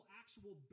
actual